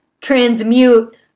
transmute